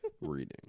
reading